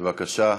בבקשה.